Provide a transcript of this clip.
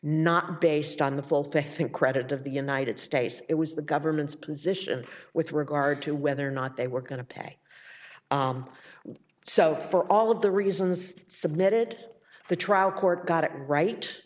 not based on the full faith and credit of the united states it was the government's position with regard to whether or not they were going to pay so for all of the reasons i submitted the trial court got it right